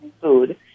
food